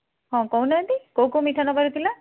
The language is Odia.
ହଁ କହୁନାହାନ୍ତି କେଉଁ କେଉଁ ମିଠା ନେବାର ଥିଲା